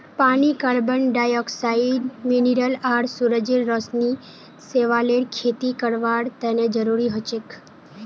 पानी carbon dioxide mineral आर सूरजेर रोशनी शैवालेर खेती करवार तने जरुरी हछेक